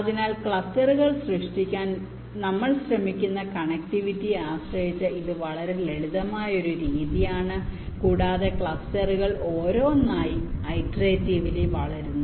അതിനാൽ ക്ലസ്റ്ററുകൾ സൃഷ്ടിക്കാൻ നമ്മൾ ശ്രമിക്കുന്ന കണക്റ്റിവിറ്റിയെ ആശ്രയിച്ച് ഇത് വളരെ ലളിതമായ ഒരു രീതിയാണ് കൂടാതെ ക്ലസ്റ്ററുകൾ ഓരോന്നായി ഇറ്ററേറ്റിവ്ലി വളരുന്നു